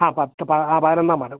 ആ പത്ത് പതിനൊന്നാം വാർഡ്